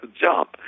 jump